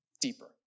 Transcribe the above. deeper